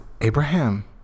abraham